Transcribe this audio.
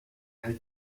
elle